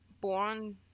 born